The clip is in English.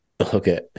Okay